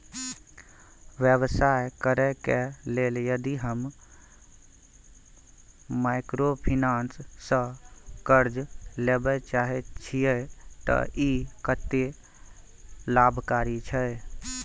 व्यवसाय करे के लेल यदि हम माइक्रोफाइनेंस स कर्ज लेबे चाहे छिये त इ कत्ते लाभकारी छै?